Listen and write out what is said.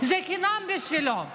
זה חינם בשבילו,